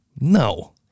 no